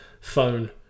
phone